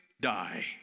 die